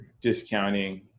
discounting